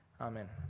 amen